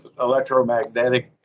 electromagnetic